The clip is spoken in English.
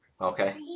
Okay